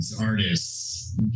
artists